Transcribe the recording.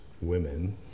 women